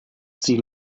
sie